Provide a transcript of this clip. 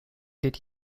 did